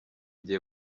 gihe